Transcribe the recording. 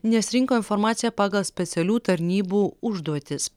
nes rinko informaciją pagal specialių tarnybų užduotis